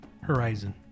horizon